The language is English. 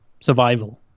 survival